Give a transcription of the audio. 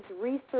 Research